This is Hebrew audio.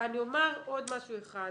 אני אומר עוד משהו אחד.